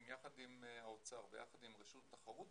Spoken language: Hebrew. יחד עם האוצר ויחד עם הראשות התחרות,